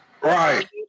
right